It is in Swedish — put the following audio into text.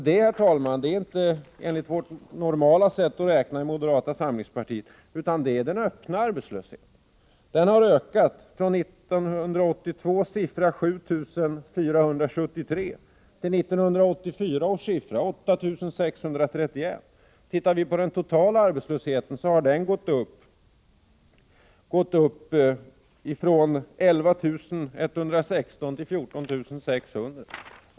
Det är då inte den arbetslöshet som vi i moderata samlingspartiet normalt brukar räkna med, utan det är den öppna arbetslösheten. Den har ökat från 7 473 arbetslösa år 1982 till 8 631 år 1984. Ser vi på den totala arbetslösheten finner vi att den har ökat från 11 116 till 14 600.